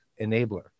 enabler